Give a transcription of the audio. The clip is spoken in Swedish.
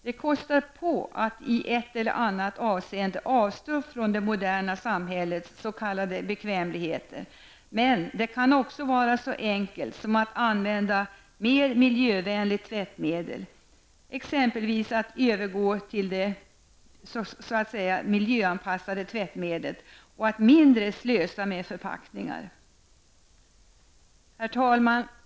Det kostar på att i ett eller annat avseende avstå från det moderna samhällets bekvämligheter. Men det kan också vara så enkelt som att använda mer miljövänligt tvättmedel, att slösa mindre med förpackningar osv.